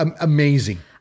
amazing